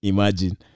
Imagine